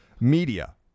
media